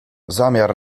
zamiar